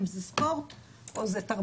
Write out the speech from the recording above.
אם זה ספורט או תרבות,